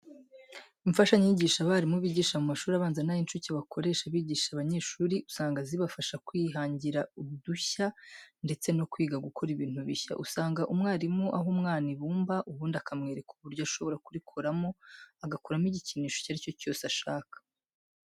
Imfashanyigisho abarimu bigisha mu mashuri abanza n'ay'incuke bakoresha bigisha abanyeshuri, usanga zibafasha kwihangira udushya ndetse no kwiga gukora ibintu bishya. Usanga umwarimu aha umwana ibumba ubundi akamwereka uburyo ashobora kurikoresha agakuramo igikinisho icyo ari cyo cyose ashaka.